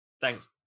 thanks